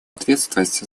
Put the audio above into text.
ответственность